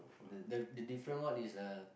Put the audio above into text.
the the different one is uh